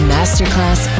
Masterclass